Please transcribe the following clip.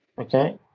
okay